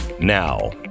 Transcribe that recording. now